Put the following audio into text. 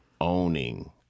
owning